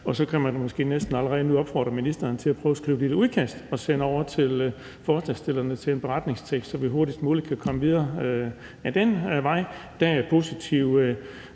Og så kan man måske næsten allerede nu opfordre ministeren til at prøve at skrive et lille udkast til en beretningstekst, som han sender over til forslagsstillerne, så vi hurtigst muligt kan komme videre ad den vej. Der er positive